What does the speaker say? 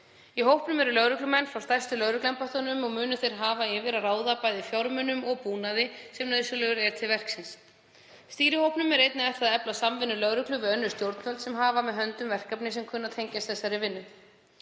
Í hópnum eru lögreglumenn frá stærstu lögregluembættunum og munu þeir hafa yfir að ráða bæði fjármunum og búnaði sem nauðsynlegur er til verksins. Stýrihópnum er einnig ætlað að efla samvinnu lögreglu við önnur stjórnvöld sem hafa með höndum verkefni sem kunna að tengjast þessari vinnu.